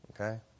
Okay